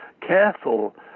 careful